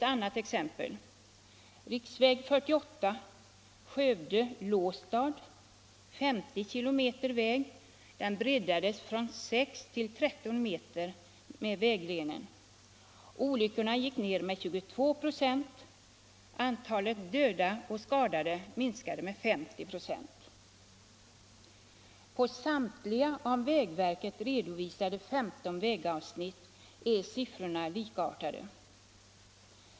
Låt mig ta några exempel. På samtliga av vägverket redovisade 15 vägavsnitt är siffrorna likartade.